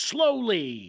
Slowly